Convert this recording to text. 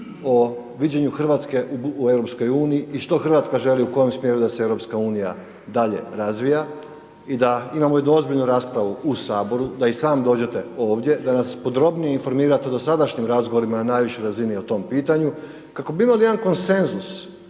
o viđenju Hrvatske u Europskoj uniji i što Hrvatska želi u kojem smjeru da se Europska unija dalje razvija i da imamo jednu ozbiljnu raspravu u Saboru, da i sam dođete ovdje, da nas podrobnije informirate o dosadašnjem razgovorima na najvišoj razini o tom pitanju kako bi imali jedan konsenzus